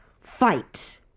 fight